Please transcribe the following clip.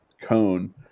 cone